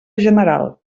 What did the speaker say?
general